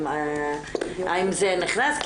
האם זה נכנס?